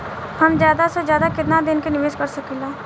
हम ज्यदा से ज्यदा केतना दिन के निवेश कर सकिला?